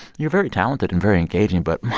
you're very talented and very engaging. but.